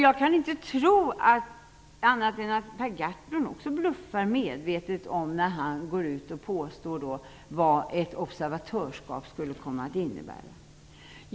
Jag kan inte tro annat än att Per Gahrton också bluffar medvetet när han går ut och påstår vad ett observatörskap skulle komma att innebära.